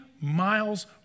miles